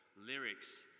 Lyrics